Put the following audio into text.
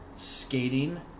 skating